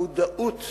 המודעות